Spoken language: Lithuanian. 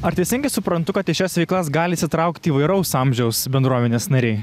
ar teisingai suprantu kad į šias veiklas gali įsitraukti įvairaus amžiaus bendruomenės nariai